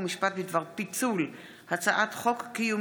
חוק ומשפט בדבר פיצול הצעת חוק קיום